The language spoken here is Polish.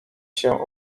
się